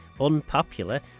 unpopular